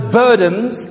burdens